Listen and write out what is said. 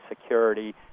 security